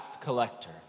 collector